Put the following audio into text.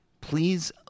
please